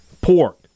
Pork